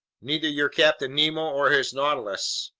neither your captain nemo or his nautilus.